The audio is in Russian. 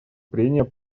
прений